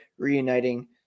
Reuniting